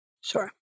Sure